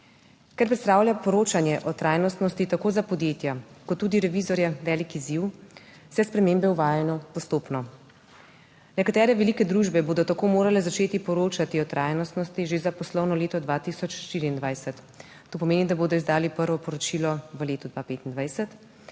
Ker predstavlja poročanje o trajnostnosti tako za podjetja kot tudi revizorje velik izziv, se spremembe uvajajo postopno. Nekatere velike družbe bodo tako morale začeti poročati o trajnostnosti že za poslovno leto 2024, to pomeni, da bodo izdali prvo poročilo v letu 2025,